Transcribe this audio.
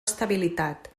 estabilitat